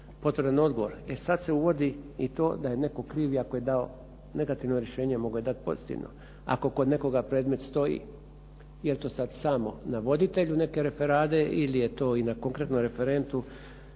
potvrdan odgovor. E sad se uvodi i to da je netko kriv i ako je dao negativno rješenje mogao je dati pozitivno. Ako kod nekoga predmet stoji jer to sad samo navoditelju neke referade ili je to i na konkretnom referentu